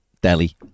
Delhi